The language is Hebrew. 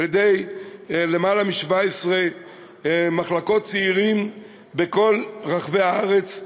על-ידי למעלה מ-17 מחלקות צעירים בכל רחבי הארץ,